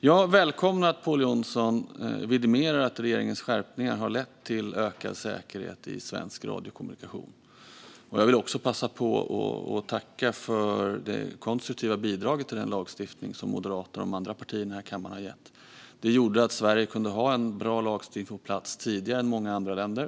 Jag välkomnar att Pål Jonson vidimerar att regeringens skärpningar har lett till ökad säkerhet i svensk radiokommunikation. Jag vill också passa på att tacka för det konstruktiva bidraget till lagstiftningen som Moderaterna och de andra partierna i kammaren har gett. Det gjorde att Sverige kunde ha en bra lagstiftning på plats tidigare än många andra länder.